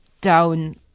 down